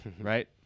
right